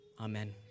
amen